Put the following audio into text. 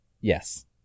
Yes